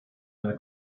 eine